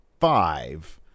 five